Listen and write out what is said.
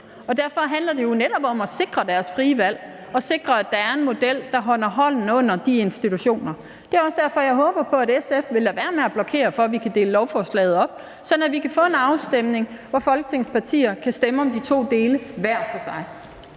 Derfor handler det jo netop om at sikre deres frie valg og sikre, at der er en model, der holder hånden under de institutioner. Det er også derfor, jeg håber på, at SF vil lade være med at blokere for, at vi kan dele lovforslaget op, sådan at vi kan få en afstemning, hvor Folketingets partier kan stemme om de to dele hver for sig.